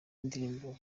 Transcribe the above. indirimbo